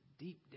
Deep